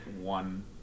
One